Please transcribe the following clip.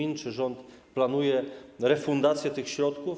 Pytano, czy rząd planuje refundację tych środków.